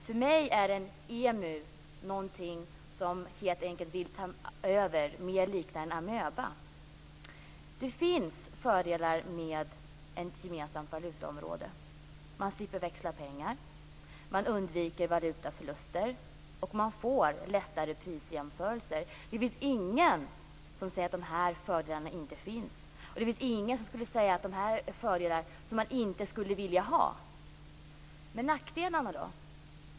För mig är en emu någonting som helt enkelt vill ta över, något liknande en amöba. Det finns fördelar med ett gemensamt valutaområde. Man slipper växla pengar, man undviker valutaförluster och man får lättare prisjämförelser. Det finns ingen som säger att de här fördelarna inte finns, och det finns ingen som säger att det här är fördelar som man inte skulle vilja ha. Men nackdelarna då?